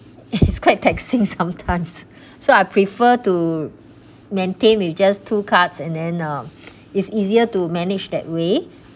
it's quite taxing sometimes so I prefer to maintain with just two cards and then uh it's easier to manage that way